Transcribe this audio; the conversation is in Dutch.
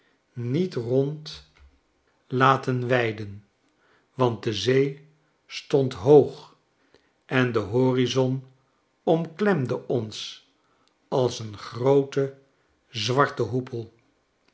niet rond laten schetsen uit amerika weiden want de zee stond hoog en de horizont omklemde ons als een groote zwarte hoepel